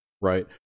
right